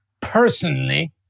personally